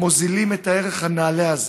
הם מוזילים את הערך הנעלה הזה,